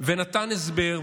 ונתן הסבר,